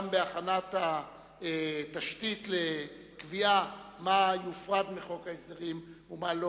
גם בהכנת התשתית לקביעה מה יופרד מחוק ההסדרים ומה לא.